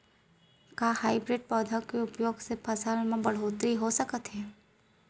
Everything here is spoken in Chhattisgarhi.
का हाइब्रिड पौधा के उपयोग से फसल म बढ़होत्तरी हो सकत हे?